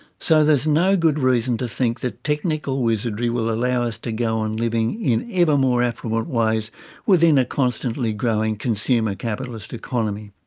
so there's no good reason to think that technical wizardry will allows us to go on living in ever more affluent ways within a constantly growing consumer-capitalist economy.